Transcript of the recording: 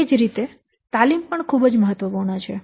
તે જ રીતે તાલીમ પણ ખૂબ જ મહત્વપૂર્ણ છે